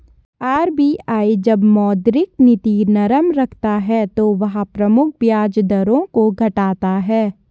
RBI जब मौद्रिक नीति नरम रखता है तो वह प्रमुख ब्याज दरों को घटाता है